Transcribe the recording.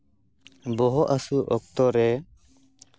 ᱵᱚᱦᱚᱜ ᱦᱟᱹᱥᱩ ᱚᱠᱛᱚ ᱨᱮ